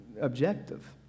objective